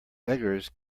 beggars